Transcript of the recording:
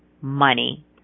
money